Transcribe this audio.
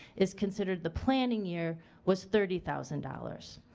is considered the planning year was thirty thousand dollars.